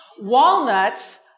Walnuts